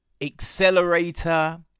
Accelerator